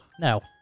No